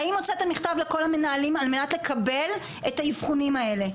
האם הוצאתם מכתב לכל המנהלים על מנת לקבל את האבחונים האלה?